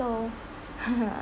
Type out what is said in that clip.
so